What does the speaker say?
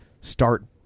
start